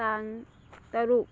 ꯇꯥꯡ ꯇꯔꯨꯛ